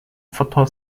foto